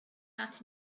out